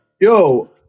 Yo